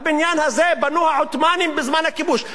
את הבניין הזה בנו העות'מאנים בזמן הכיבוש.